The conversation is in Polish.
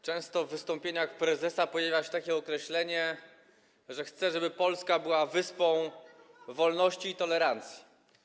Często w wystąpieniach prezesa pojawia się takie określenie, że chce, żeby Polska była wyspą wolności i tolerancji.